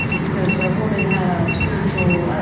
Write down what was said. because a woman had a spiritual,